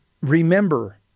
remember